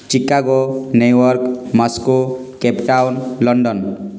Chicago New York Moscow Cape Town London